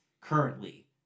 currently